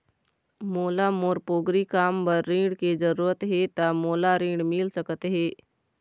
मोला मोर पोगरी काम बर ऋण के जरूरत हे ता मोला ऋण मिल सकत हे?